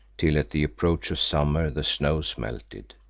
till at the approach of summer the snows melted.